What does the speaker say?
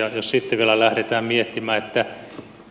jos sitten vielä lähdetään miettimään